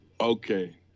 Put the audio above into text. okay